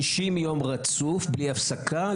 60 יום רצוף, בלי הפסקה.